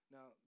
Now